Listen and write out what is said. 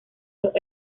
los